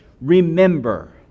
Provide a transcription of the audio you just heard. remember